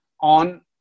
on